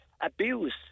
abuse